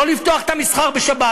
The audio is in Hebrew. לא לפתוח את המסחר בשבת.